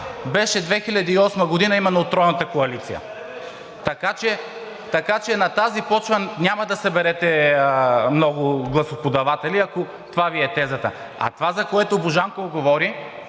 през 2008 г. именно от Тройната коалиция. Така че на тази почва няма да съберете много гласоподаватели, ако това Ви е тезата. А това, за което Божанков говори